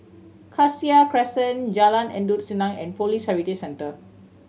Cassia Crescent Jalan Endut Senin and Police Heritage Centre